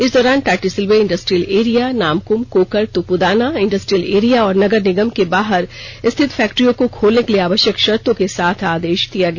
इस दौरान Tatisilwai industrial area Namkum Kokar Tupudana industrial area और नगर निगम के बाहर स्थित फैक्ट्रियों को खोलने के लिए आवष्यक षत्रों के साथ आदेष दिया गया